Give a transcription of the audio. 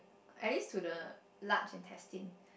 at least to do the large intestines